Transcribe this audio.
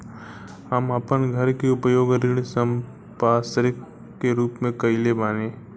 हम आपन घर के उपयोग ऋण संपार्श्विक के रूप में कइले बानी